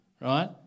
right